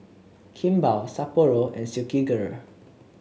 Kimball Sapporo and Silkygirl